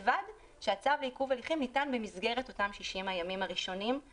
ובלבד שהצו לעיכוב הליכים ניתן במסגרת 60 הימים הראשונים,